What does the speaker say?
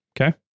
okay